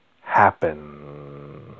happen